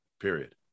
Period